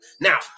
Now